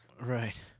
right